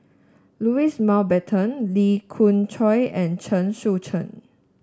Louis Mountbatten Lee Khoon Choy and Chen Sucheng